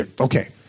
Okay